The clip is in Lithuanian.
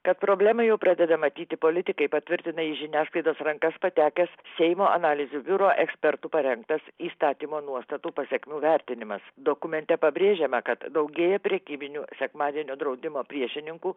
kad problemą jau pradeda matyti politikai patvirtina į žiniasklaidos rankas patekęs seimo analizių biuro ekspertų parengtas įstatymo nuostatų pasekmių vertinimas dokumente pabrėžiama kad daugėja prekybinių sekmadienio draudimo priešininkų